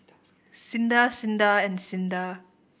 SINDA SINDA and SINDA